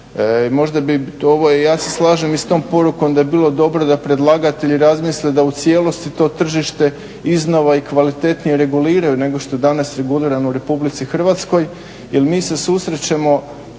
taj nadzor. Ja se slažem i s tom porukom da bi bilo dobro da predlagatelji razmisle da u cijelosti to tržište iznova i kvalitetnije reguliraju nego što danas je regulirano u RH jer mi se susrećemo